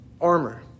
armor